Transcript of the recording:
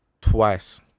twice